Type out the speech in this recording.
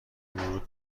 ورود